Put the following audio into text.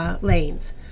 lanes